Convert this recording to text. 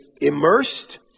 immersed